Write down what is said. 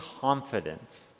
confident